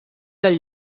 del